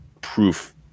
proof